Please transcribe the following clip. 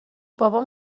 بابام